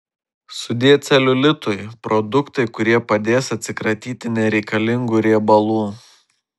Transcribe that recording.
sudie celiulitui produktai kurie padės atsikratyti nereikalingų riebalų